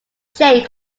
chain